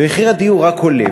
ומחיר הדיור רק עולה,